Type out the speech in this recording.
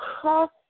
cross